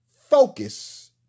focus